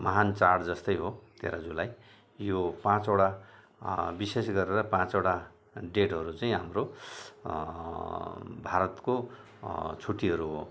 महान् चाड जस्तै हो तेह्र जुलाई यो पाँचवटा विशेष गरेर पाँचवटा डेटहरू चाहिँ हाम्रो भारतको छुट्टीहरू हो